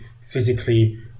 physically